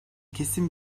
kesin